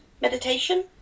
meditation